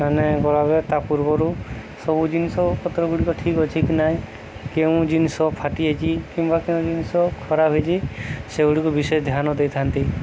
ମାନେ ଗଲାବେଳେ ତା ପୂର୍ବରୁ ସବୁ ଜିନିଷ ପତ୍ର ଗୁଡ଼ିକ ଠିକ୍ ଅଛି କି ନାହିଁ କେଉଁ ଜିନିଷ ଫାଟି ଯାଇଛି କିମ୍ବା କେଉଁ ଜିନିଷ ଖରାପ ହେଇଚି ସେଗୁଡ଼ିକୁ ବିଷୟ ଧ୍ୟାନ ଦେଇଥାନ୍ତି